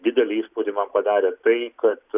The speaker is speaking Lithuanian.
didelį įspūdį man padarė tai kad